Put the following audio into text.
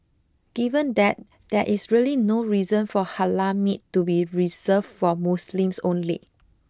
given that there is really no reason for Halal meat to be reserved for Muslims only